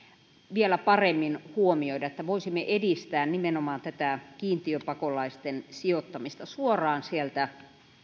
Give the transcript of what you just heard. vielä paremmin huomioida että voisimme edistää nimenomaan tätä kiintiöpakolaisten sijoittamista suoraan